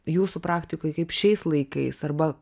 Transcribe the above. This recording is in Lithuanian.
jūsų praktikoj kaip šiais laikais arba